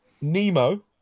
Nemo